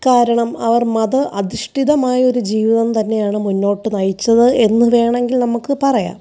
കാരണം അവര് മത അധിഷ്ഠിതമായ ഒരു ജീവിതം തന്നെയാണ് മുന്നോട്ട് നയിച്ചത് എന്ന് വേണമെങ്കിൽ നമുക്ക് പറയാം